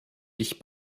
ich